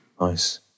Nice